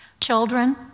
Children